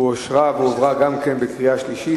אושרה והועברה גם בקריאה שלישית,